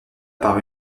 par